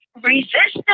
Resistance